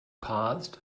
paused